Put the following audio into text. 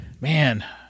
man